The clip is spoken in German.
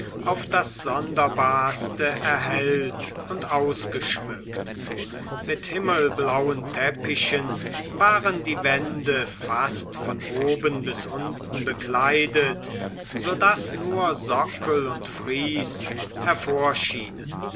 auf das sonderbarste erhellt und ausgeschmückt mit himmelblauen teppichen waren die wände fast von oben bis unten bekleidet so daß nur sockel und fries